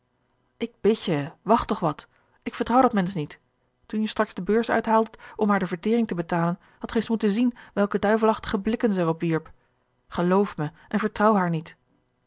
ik bid je wacht toch wat ik vertrouw dat mensch niet toen je straks de beurs uithaaldet om haar de vertering te betalen hadt ge eens moeten zien welke duivelachtige blikken zij er op wierp geloof mij en vertrouw haar niet